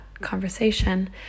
conversation